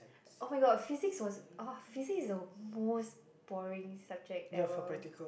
oh-my-god physics was physics is the most boring subject ever